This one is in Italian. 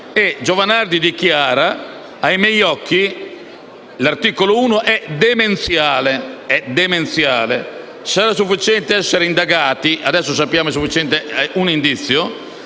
Giovanardi dichiara: «Ai miei occhi» l'articolo 1 «è demenziale. Sarà sufficiente essere indagati» - adesso sappiamo che è sufficiente un indizio